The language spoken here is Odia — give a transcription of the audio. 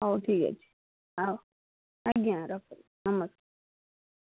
ହଉ ଠିକ୍ ଅଛି ଆଉ ଆଜ୍ଞା